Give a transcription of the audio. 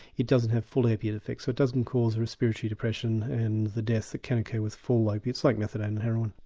it doesn't have full opiate effects, so it doesn't cause and respiratory depression and the death that can occur with full opiates like methadone and heroin.